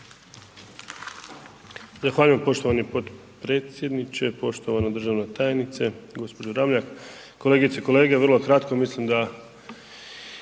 Zahvaljujem poštovano potpredsjedniče, poštovana državna tajnice, gđo. Ramljak, kolegice i kolege. Vrlo kratko, mislim da